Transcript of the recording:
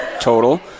total